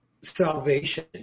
salvation